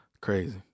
Crazy